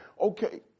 Okay